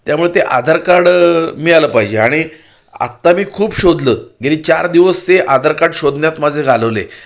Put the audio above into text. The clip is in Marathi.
त्यामुळे ते आधार कार्ड मिळालं पाहिजे आणि आत्ता मी खूप शोधलं गेली चार दिवस ते आधार कार्ड शोधण्यात माझे घालवले